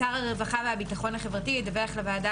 (2) שר הרווחה והביטחון החברתי ידווח לוועדה